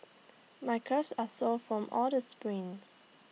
my calves are sore from all the sprints